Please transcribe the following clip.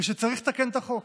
ושצריך לתקן את החוק.